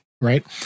Right